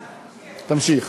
תמשיך.